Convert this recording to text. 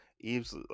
Eve's